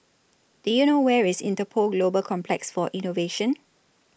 Do YOU know Where IS Interpol Global Complex For Innovation